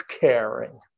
caring